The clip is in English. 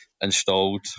installed